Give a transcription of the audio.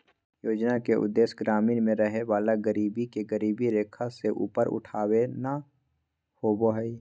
योजना के उदेश्य ग्रामीण में रहय वला गरीब के गरीबी रेखा से ऊपर उठाना होबो हइ